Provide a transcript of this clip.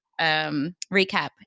recap